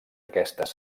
aquestes